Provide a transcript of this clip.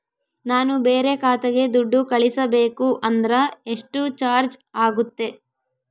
ನಾನು ಬೇರೆ ಖಾತೆಗೆ ದುಡ್ಡು ಕಳಿಸಬೇಕು ಅಂದ್ರ ಎಷ್ಟು ಚಾರ್ಜ್ ಆಗುತ್ತೆ?